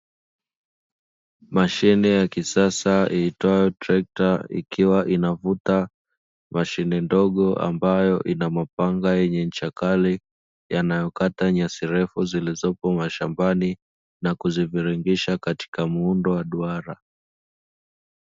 Mashine ya kisasa iitwayo trekta, ikiwa inavuta mashine ndogo ambayo ina mapanga yenye ncha kali yanayokata nyasi refu zilizopo mashambani na kuzivirngisha katika muundo wa duara.